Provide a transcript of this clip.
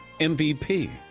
MVP